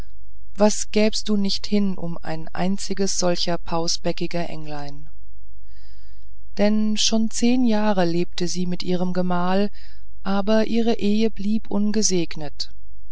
was gäbst du nicht hin um ein einziges solcher pausbäckiger englein denn schon zehn jahre lebte sie mit ihrem gemahl aber ihre ehe blieb ungesegnet